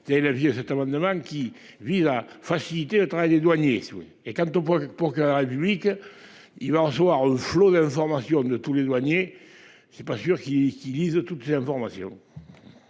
c'est la vie à cet amendement qui vise à faciliter le travail des douaniers. Oui et quant au point pour que la République. Il va recevoir un flot d'informations ne tous les douaniers. C'est pas sûr qu'ils qu'ils lisent toutes ces informations.